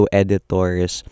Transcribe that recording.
editors